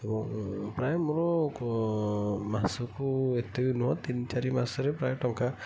ଏବଂ ପ୍ରାୟ ମୋର ମାସକୁ ଏତିକି ନୁହଁ ତିନ ଚାରି ମାସରେ ପ୍ରାୟ ଟଙ୍କା